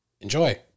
Enjoy